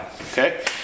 Okay